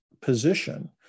position